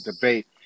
debate